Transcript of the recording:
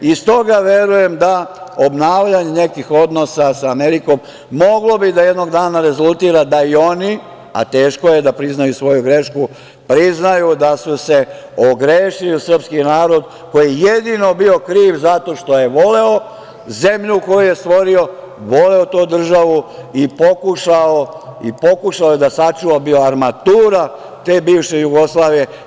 Stoga verujem da obnavljanje nekih odnosa sa Amerikom moglo bi da jednog dana rezultira da i oni, a teško je da priznaju svoju grešku, priznaju da su se ogrešili o srpski narod, koji je jedino bio kriv zato što je voleo zemlju koju je stvorio, voleo tu državu i pokušao da sačuva, bio armatura te bivše Jugoslavije.